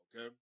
okay